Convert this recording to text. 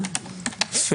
יש פה